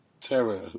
terror